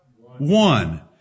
one